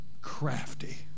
crafty